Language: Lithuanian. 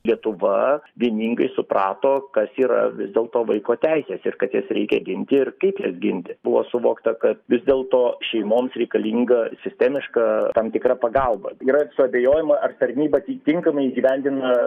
lietuva vieningai suprato kas yra vis dėlto vaiko teises ir kad jas reikia ginti ir kaip jas ginti buvo suvokta kad vis dėlto šeimoms reikalinga sistemiška tam tikra pagalba yra suabejojama ar tarnyba ti tinkamai įgyvendina